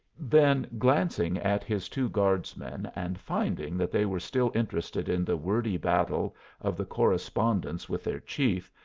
then glancing at his two guardsmen, and finding that they were still interested in the wordy battle of the correspondents with their chief,